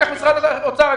משרד האוצר,